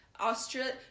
Australia